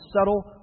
subtle